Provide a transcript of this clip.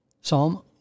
Psalm